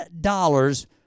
dollars